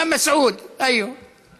ההצעה להעביר את הנושא לוועדת הכלכלה נתקבלה.